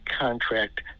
contract